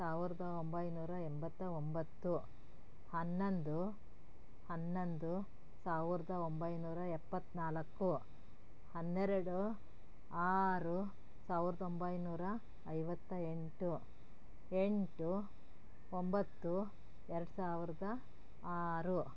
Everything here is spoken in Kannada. ಸಾವಿರದ ಒಂಬೈನೂರ ಎಂಬತ್ತ ಒಂಬತ್ತು ಹನ್ನೊಂದು ಹನ್ನೊಂದು ಸಾವಿರದ ಒಂಬೈನೂರ ಎಪ್ಪತ್ತ್ನಾಲ್ಕು ಹನ್ನೆರಡು ಆರು ಸಾವಿರದ ಒಂಬೈನೂರ ಐವತ್ತ ಎಂಟು ಎಂಟು ಒಂಬತ್ತು ಎರಡು ಸಾವಿರದ ಆರು